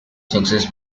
success